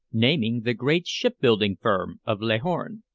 naming the great shipbuilding firm of leghorn.